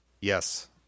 Yes